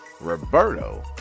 Roberto